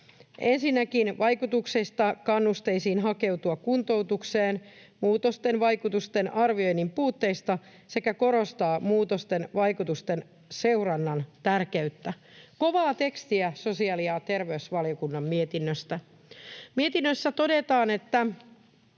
ensinnäkin vaikutuksista kannusteisiin hakeutua kuntoutukseen ja muutosten vaikutusten arvioinnin puutteista sekä korostaa muutosten vaikutusten seurannan tärkeyttä. Kovaa tekstiä sosiaali‑ ja terveysvaliokunnan mietinnöstä. Mietinnössä todetaan, että